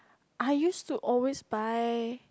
I used to always buy